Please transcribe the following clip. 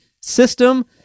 system